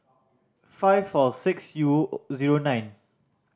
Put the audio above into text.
five four six U zero nine